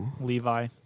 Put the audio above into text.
Levi